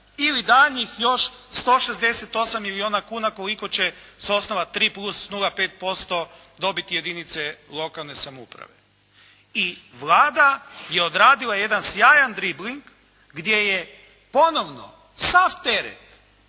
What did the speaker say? ili daljnjih još 168 milijuna kuna koliko će s osnova 3 plus 0,5% dobiti jedinice lokalne samouprave. I Vlada je odradila jedan sjajan dribling gdje je ponovno sav teret